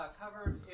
covered